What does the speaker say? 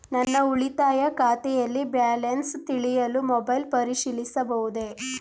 ನನ್ನ ಉಳಿತಾಯ ಖಾತೆಯಲ್ಲಿ ಬ್ಯಾಲೆನ್ಸ ತಿಳಿಯಲು ಮೊಬೈಲ್ ಪರಿಶೀಲಿಸಬಹುದೇ?